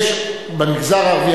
יש במגזר הערבי,